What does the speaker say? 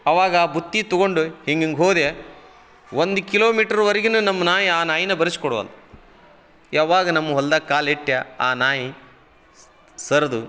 ಅವಾಗ ಬುತ್ತಿ ತೊಗೊಂಡು ಹಿಂಗಿಂದು ಹೋದೆ ಒಂದು ಕಿಲೋಮೀಟ್ರ್ವರಿಗೂನು ನಮ್ಮ ನಾಯಿ ಆ ನಾಯಿನ ಬರಿಸ್ಕೊಡವಲ್ಲದು ಯಾವಾಗ ನಮ್ಮ ಹೊಲ್ದಾಗ ಕಾಲಿಟ್ಯಾ ಆ ನಾಯಿ ಸರ್ದು